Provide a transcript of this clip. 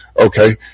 okay